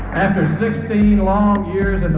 after sixteen long years